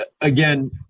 Again